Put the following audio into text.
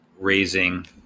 raising